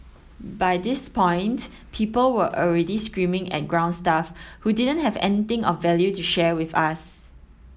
by this point people were already screaming at ground staff who didn't have anything of value to share with us